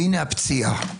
והנה הפציעה,